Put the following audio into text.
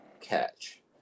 catch